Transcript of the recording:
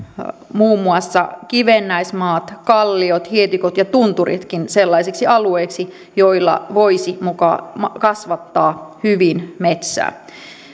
muun muassa kivennäismaat kalliot hietikot ja tunturitkin sellaisiksi alueiksi joilla voisi muka kasvattaa hyvin metsää